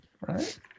right